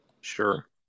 sure